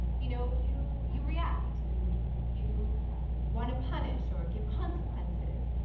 you know, you you react and you you want to punish or give consequences.